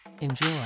Enjoy